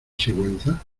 sigüenza